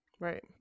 Right